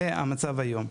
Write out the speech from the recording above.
זה המצב היום.